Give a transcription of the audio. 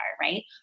Right